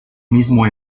mismo